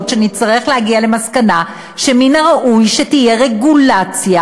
שנצטרך להגיע למסקנה שמן הראוי שתהיה רגולציה,